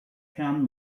herrn